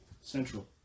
central